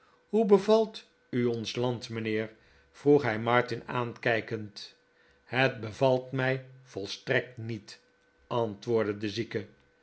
hoe bevalt u ons land mijnheer vroeg hij martin aankijkend het bevalt mij volstrekt niet antwoordde de zieke